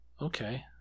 Okay